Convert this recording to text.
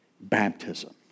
Baptism